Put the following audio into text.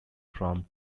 from